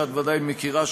שאת ודאי מכירה,